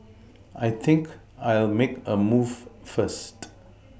I think I'll make a move first